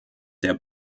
der